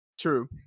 True